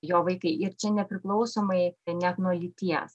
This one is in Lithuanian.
jo vaikai ir čia nepriklausomai net nuo lyties